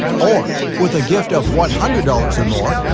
or with gift of one hundred dollars or more,